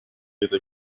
этой